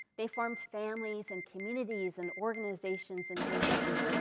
they formed families and communities, and organizations, and businesses,